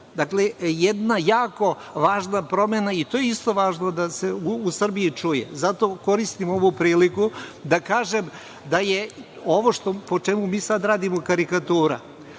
Dakle, jedna jako važna promena, i to je važno da se u Srbiji čuje. Zato koristim ovu priliku da kažem da je ovo po čemu mi sada radimo karikatura.